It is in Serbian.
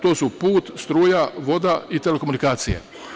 To su: put, struja, voda i telekomunikacije.